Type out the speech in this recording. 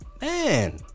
man